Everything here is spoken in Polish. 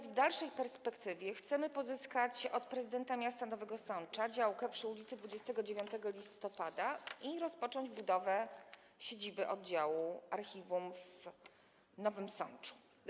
W dalszej perspektywie chcemy pozyskać od prezydenta miasta Nowego Sącza działkę przy ul. 29 Listopada i rozpocząć budowę siedziby oddziału archiwum w Nowym Sączu.